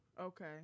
Okay